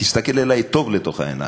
תסתכל עלי טוב לתוך העיניים,